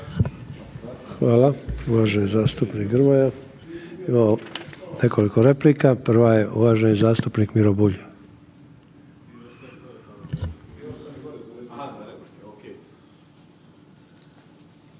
Hvala uvaženi zastupnik Grmoja. Imamo nekoliko replika, prva je uvaženi zastupnik Miro Bulj.